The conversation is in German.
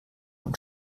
uns